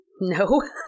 no